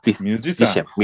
musician